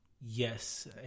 Yes